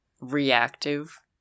reactive